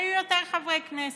היו יותר חברי כנסת.